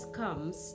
comes